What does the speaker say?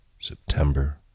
September